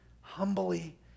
humbly